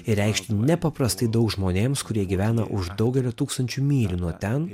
ir reikšti nepaprastai daug žmonėms kurie gyvena už daugelio tūkstančių mylių nuo ten